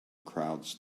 crowds